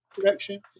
direction